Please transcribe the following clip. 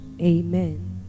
Amen